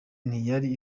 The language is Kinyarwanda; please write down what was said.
ntiyari